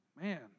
man